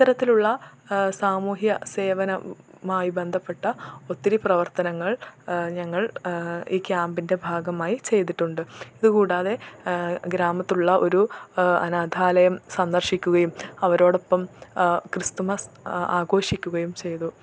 ഇത്തരത്തിലുള്ള സാമൂഹ്യ സേവനമായി ബന്ധപ്പെട്ട ഒത്തിരി പ്രവർത്തനങ്ങൾ ഞങ്ങൾ ഈ ക്യാമ്പിൻറ്റെ ഭാഗമായി ചെയ്തിട്ടുണ്ട് ഇതുകൂടാതെ ഗ്രാമത്തിലുള്ള ഒരു അനാഥാലയം സന്ദർശിക്കുകയും അവരോടപ്പം ക്രിസ്തുമസ് ആഘോഷിക്കുകയും ചെയ്തു